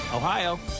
Ohio